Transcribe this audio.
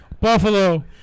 Buffalo